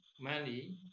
money